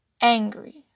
angry